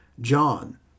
John